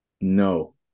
No